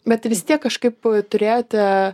bet vis tiek kažkaip turėjote